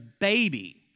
baby